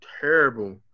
terrible